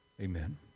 Amen